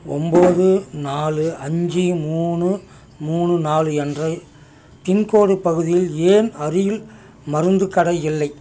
ஒம்பது நாலு அஞ்சு மூணு மூணு நாலு என்ற பின்கோடு பகுதியில் ஏன் அருகில் மருந்துக் கடை இல்லை